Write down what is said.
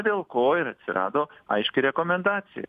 dėl ko ir atsirado aiški rekomendacija